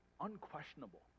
unquestionable